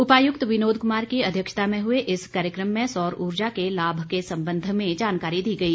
उपायुक्त विनोद कुमार की अध्यक्षता में हुए इस कार्यक्रम में सौर ऊर्जा के लाभ के संबंध में जानकारी दी गई